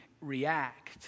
react